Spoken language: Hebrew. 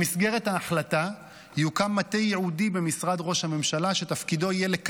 במסגרת ההחלטה יוקם מטה ייעודי במשרד ראש הממשלה שתפקידו יהיה